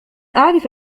أعرف